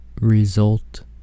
result